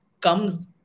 comes